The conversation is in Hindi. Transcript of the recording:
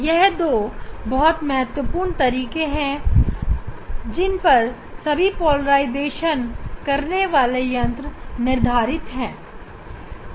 यह दो बहुत महत्वपूर्ण तरीके है जिन पर सभी पोलराइजेशन करने वाले यंत्र निर्धारित है